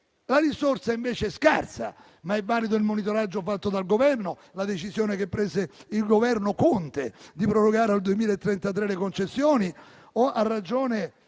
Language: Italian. la risorsa invece è scarsa: ma è valido il monitoraggio fatto dal Governo, con la decisione che prese il Governo Conte di prorogare al 2033 le concessioni, o ha ragione